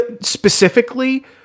specifically